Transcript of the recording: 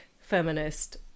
feminist